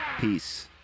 Peace